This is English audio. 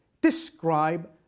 describe